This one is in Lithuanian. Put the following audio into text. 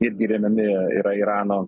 irgi remiami yra irano